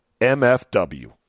MFW